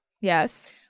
Yes